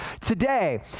today